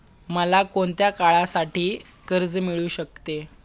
मला कोणत्या काळासाठी कर्ज मिळू शकते?